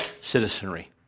citizenry